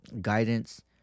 guidance